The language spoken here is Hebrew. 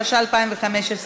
התשע"ה 2015,